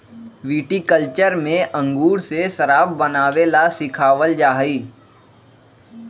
viticulture में अंगूर से शराब बनावे ला सिखावल जाहई